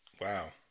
Wow